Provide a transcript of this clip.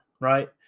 right